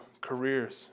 careers